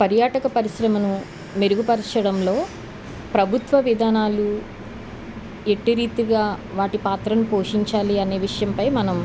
పర్యాటక పరిశ్రమను మెరుగుపరచడంలో ప్రభుత్వ విధానాలు ఇట్టి రీతిగా వాటి పాత్రను పోషించాలి అనే విషయంపై మనం